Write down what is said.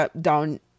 down